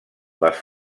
les